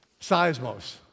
Seismos